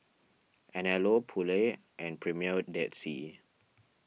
Anello Poulet and Premier Dead Sea